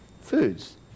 foods